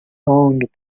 owned